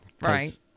Right